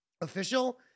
official